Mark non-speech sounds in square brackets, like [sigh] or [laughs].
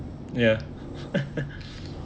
ya [laughs]